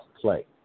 play